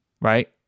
Right